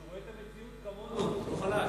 שרואה את המציאות כמונו, לא חלש.